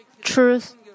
truth